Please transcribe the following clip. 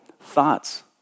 thoughts